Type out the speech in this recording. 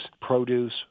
produce